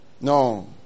No